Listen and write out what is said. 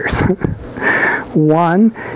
One